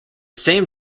same